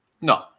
No